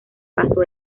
paso